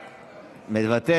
אבל אני מסביר.